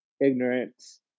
ignorance